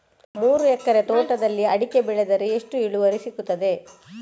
ಮೂರು ಎಕರೆ ತೋಟದಲ್ಲಿ ಅಡಿಕೆ ಬೆಳೆದರೆ ಎಷ್ಟು ಇಳುವರಿ ಸಿಗುತ್ತದೆ?